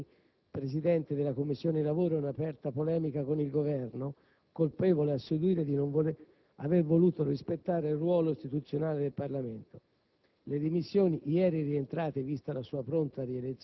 Il fatto provocò allora le dimissioni dell'onorevole Pagliarini, presidente della Commissione lavoro, in aperta polemica con il Governo, colpevole, a suo dire, di non aver voluto rispettare il ruolo istituzionale del Parlamento.